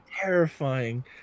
terrifying